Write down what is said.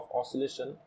oscillation